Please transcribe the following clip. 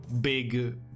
big